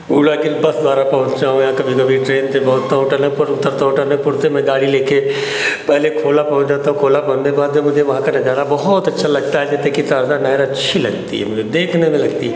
उला के दस बारह पहुँचता हूँ या कभी कभी ट्रेन से पहुँचता हूँ टनक पुर उतरता हूँ टनकपुर से मैं गाड़ी ले के पहले खोला पहुँच जाता हूँ खोला पहुँचने के बाद जब मुझे वहाँ का नज़ारा बहुत अच्छा लगता है तब देखिए ताज़ा नहर अच्छी लगती है मुझे देखने में लगती है